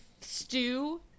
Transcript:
stew